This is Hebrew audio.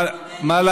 גם את שבזי,